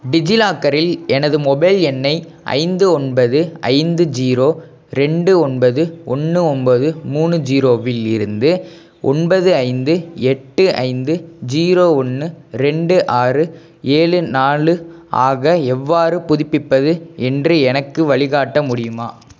டிஜிலாக்கரில் எனது மொபைல் எண்ணை ஐந்து ஒன்பது ஐந்து ஜீரோ ரெண்டு ஒன்பது ஒன்று ஒம்பது மூணு ஜீரோவில் இருந்து ஒன்பது ஐந்து எட்டு ஐந்து ஜீரோ ஒன்று ரெண்டு ஆறு ஏழு நாலு ஆக எவ்வாறு புதுப்பிப்பது என்று எனக்கு வழிக்காட்ட முடியுமா